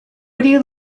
you